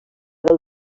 del